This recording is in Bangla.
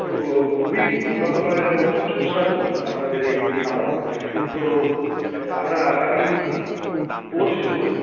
খুব খুবই উন্নতমানের এবং খুব সুস্বাদু আপনাদের এই খাবার তো আমরা আগামী পরশু